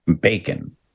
bacon